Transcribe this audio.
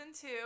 two